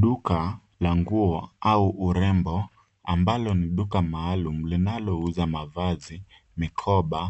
Duka la nguo au urembo ambalo ni duka maalum linalo uza mavazi, mikoba,